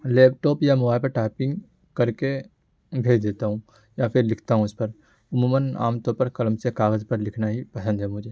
لیپ top یا mobile پر typing کر کے بھیج دیتا ہوں یا پھر لکھتا ہوں اس پر عموماً عام طور پر قلم سے کاغذ پر لکھنا ہی پسند ہے مجھے